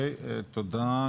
תודה,